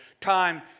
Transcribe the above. time